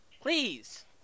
Please